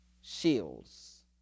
Shields